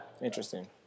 Interesting